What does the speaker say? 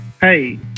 hey